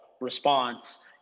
response